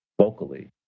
vocally